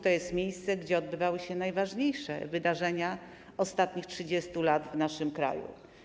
To jest miejsce, w którym odbywały się najważniejsze wydarzenia ostatnich 30 lat w naszym kraju.